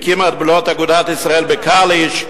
הקימה את "בנות אגודת ישראל" בקאליש.